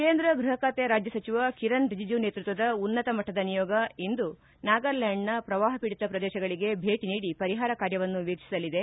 ಕೇಂದ್ರ ಗೃಪ ಖಾತೆ ರಾಜ್ಯ ಸಚಿವ ಕಿರಣ್ ರಿಜಿಜು ನೇತೃತ್ವದ ಉನ್ನತ ಮಟ್ಟದ ನಿಯೋಗ ಇಂದು ನಾಗಾಲ್ಕಾಂಡ್ನ ಪ್ರವಾಹ ಪೀಡಿತ ಪ್ರದೇಶಗಳಿಗೆ ಭೇಟಿ ನೀಡಿ ಪರಿಹಾರ ಕಾರ್ಯವನ್ನು ವೀಕ್ಷಿಸಲಿದೆ